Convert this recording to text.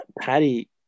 Paddy